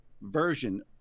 version